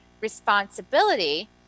responsibility